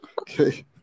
okay